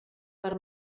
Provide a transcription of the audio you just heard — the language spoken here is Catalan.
per